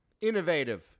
Innovative